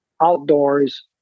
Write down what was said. outdoors